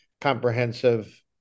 comprehensive